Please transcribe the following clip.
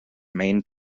main